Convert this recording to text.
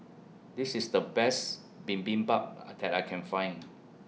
This IS The Best Bibimbap Are that I Can Find